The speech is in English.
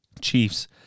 Chiefs